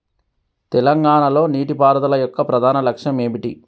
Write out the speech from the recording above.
తెలంగాణ లో నీటిపారుదల యొక్క ప్రధాన లక్ష్యం ఏమిటి?